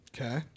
Okay